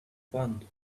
fund